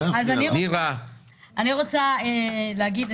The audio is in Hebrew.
אני רוצה להגיד,